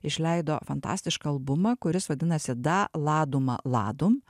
išleido fantastišką albumą kuris vadinasi da laduma ladum